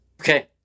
Okay